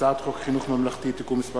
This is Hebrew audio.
הצעת חוק חינוך ממלכתי (תיקון מס'